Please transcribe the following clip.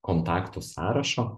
kontaktų sąrašo